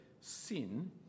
sin